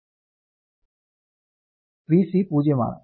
Vc 0 ആണ്